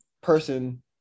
person